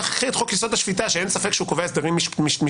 קחי את חוק יסוד: השפיטה שאין ספק שהוא קובע טעמים משטריים.